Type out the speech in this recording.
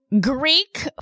Greek